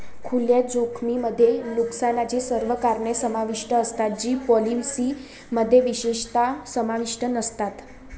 खुल्या जोखमीमध्ये नुकसानाची सर्व कारणे समाविष्ट असतात जी पॉलिसीमध्ये विशेषतः समाविष्ट नसतात